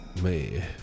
man